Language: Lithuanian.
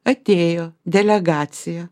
atėjo delegacija